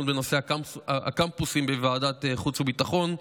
בנושא הקמפוסים בוועדת חוץ וביטחון.